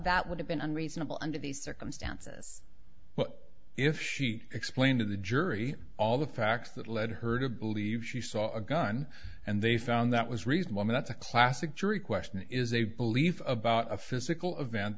that would have been reasonable under these circumstances but if she explained to the jury all the facts that led her to believe she saw a gun and they found that was reasonable now that's a classic jury question is a belief about a physical event